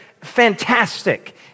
fantastic